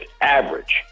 average